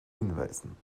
hinweisen